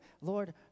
Lord